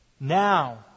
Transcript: Now